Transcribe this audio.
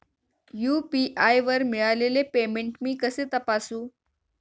UPI वर मिळालेले payment मी कसे तपासू?